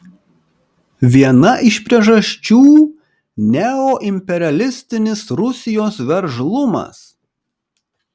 viena iš priežasčių neoimperialistinis rusijos veržlumas